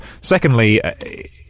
Secondly